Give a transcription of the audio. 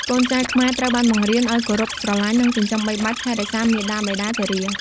កូនចៅខ្មែរត្រូវបានបង្រៀនឱ្យគោរព ស្រឡាញ់ និងចិញ្ចឹមបីបាច់ថែរក្សាមាតាបិតាជរា។